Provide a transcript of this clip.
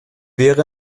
wäre